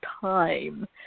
time